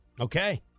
Okay